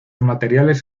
materiales